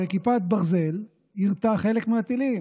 הרי כיפת ברזל יירטה חלק מהטילים.